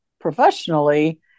professionally